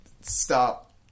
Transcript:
stop